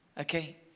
Okay